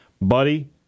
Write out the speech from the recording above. buddy